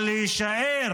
אבל להישאר